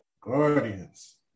Guardians